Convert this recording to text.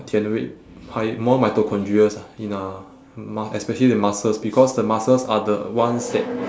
generate high~ more mitochondrias ah in uh mu~ especially the muscles because the muscles are the ones that